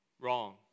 Wrong